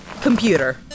computer